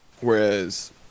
Whereas